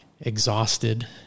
exhausted